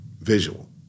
visual